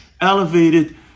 elevated